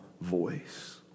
voice